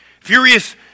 Furious